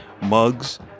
mugs